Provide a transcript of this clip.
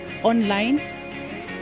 online